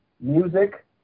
music